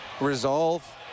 resolve